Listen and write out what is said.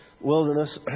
wilderness